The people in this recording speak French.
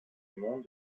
monde